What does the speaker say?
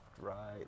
right